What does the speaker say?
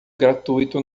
gratuito